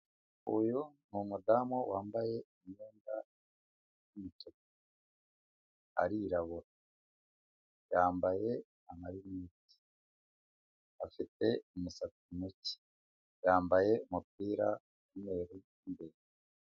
Uyu ni umudamu wambaye imyenda y'umutuku, arirabura yambaye amarineti afite umusatsi muke, yambaye umupira w'umweru imbere.